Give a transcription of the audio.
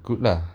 good lah